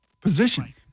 position